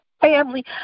family